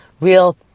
real